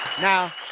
now